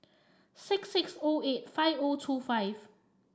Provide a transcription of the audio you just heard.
six six O eight five O two five